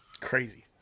Crazy